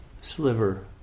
sliver